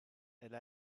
elle